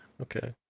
Okay